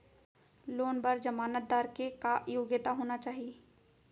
Loan बर जमानतदार के का योग्यता होना चाही?